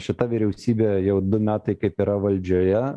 šita vyriausybė jau du metai kaip yra valdžioje